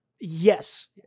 Yes